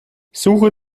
suche